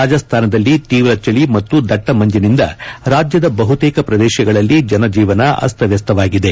ರಾಜಸ್ಥಾನದಲ್ಲಿ ತೀವ್ರಚಳಿ ಮತ್ತು ದಟ್ಟ ಮಂಜಿನಿಂದ ರಾಜ್ಯದ ಬಹುತೇಕ ಪ್ರದೇಶಗಳಲ್ಲಿ ಜನಜೀವನ ಅಸ್ಲದ್ಯಸ್ತವಾಗಿದೆ